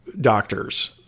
Doctors